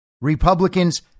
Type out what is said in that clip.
Republicans